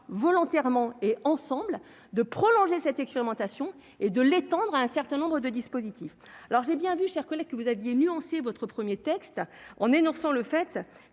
volontairement et ensembles de prolonger cette expérimentation et de l'étendre à un certain nombre de dispositifs, alors j'ai bien vu, chers collègues, que vous aviez nuancer votre 1er texte en énonçant le fait